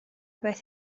beth